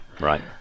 Right